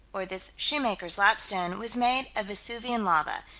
or this shoemaker's lapstone, was made of vesuvian lava,